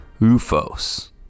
Ufos